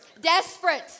desperate